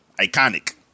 Iconic